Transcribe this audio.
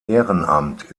ehrenamt